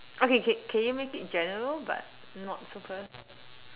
okay can can you make it general but not super